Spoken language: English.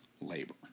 labor